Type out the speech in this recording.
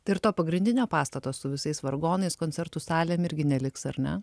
ir to pagrindinio pastato su visais vargonais koncertų salėm irgi neliks ar ne